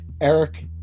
eric